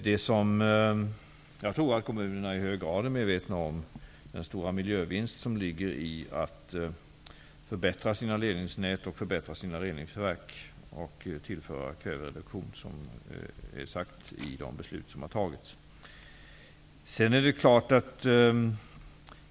Det som jag tror att kommunerna i hög grad är medvetna om är den stora miljövinst som ligger i att förbättra sina ledningsnät och reningsverk samt genom kvävereduktion i enlighet med fattade beslut.